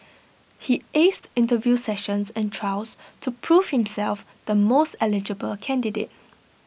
he aced interview sessions and trials to prove himself the most eligible candidate